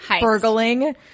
burgling